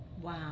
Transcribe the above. wow